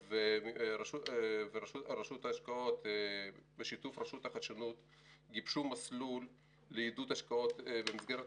רשות ההשקעות בשיתוף רשות החדשנות גיבשו מסלול לעידוד השקעות במסגרת